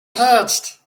pitched